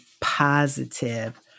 positive